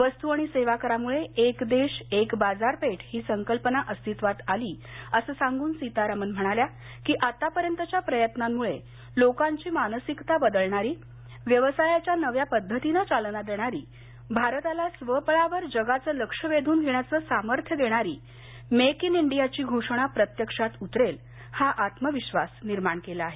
वस्तू आणि सेवा करामुळे एक देश एक बाजारपेठ ही संकल्पना अस्तित्वात आली असं सांगून सीतारामन म्हणाल्या की आतापर्यंतच्या प्रयत्नांमुळे लोकांची मानसिकता बदलणारी व्यवसायाच्या नव्या पद्धतींना चालना देणारी भारताला स्वबळावर जगाचं लक्ष वेधून घेण्याचं सामथ्य देणारी मेक इन इंडिया ची घोषणा प्रत्यक्षात उतरेल हा आत्मविश्वास निर्माण केला आहे